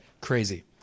Crazy